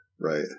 Right